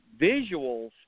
visuals